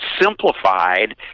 simplified